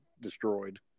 destroyed